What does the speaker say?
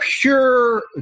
pure